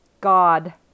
God